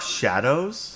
shadows